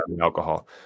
alcohol